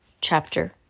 Chapter